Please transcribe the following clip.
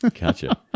Gotcha